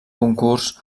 concurs